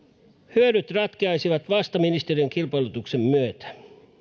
hyödyt ratkeaisivat vasta ministeriön kilpailutuksen myötä